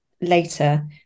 later